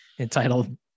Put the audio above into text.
entitled